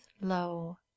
low